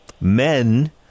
men